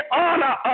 honor